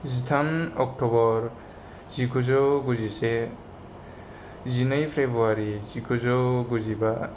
जिथाम अक्ट'बर जिगुजौ गुजिसे जिनै फेब्रुआरि जिगुजौ गुजिबा